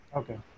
okay